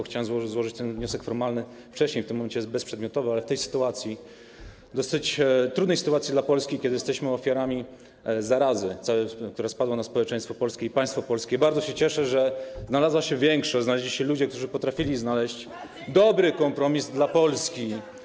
Chciałem złożyć ten wniosek formalny wcześniej, w tym momencie jest bezprzedmiotowy, ale w tej sytuacji, dosyć trudnej sytuacji dla Polski, kiedy jesteśmy ofiarami zarazy, która spadła na społeczeństwo polskie i państwo polskie, bardzo się cieszę, że znalazła się większość, znaleźli się ludzie, którzy potrafili znaleźć dobry kompromis dla Polski.